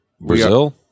Brazil